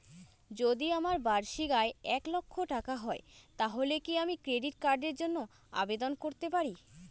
যদি আমার বার্ষিক আয় এক লক্ষ টাকা হয় তাহলে কি আমি ক্রেডিট কার্ডের জন্য আবেদন করতে পারি?